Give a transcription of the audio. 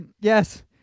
Yes